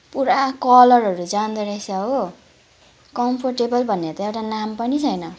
पुरा कलरहरू जाँदोरहेछ हो कम्फोर्टेबल भन्ने त एउटा नाम पनि छैन